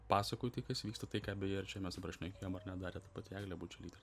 pasakoti kas vyksta tai ką beje ir čia mes dabar šnekėjom ar ne darė ta pati eglė bučelytė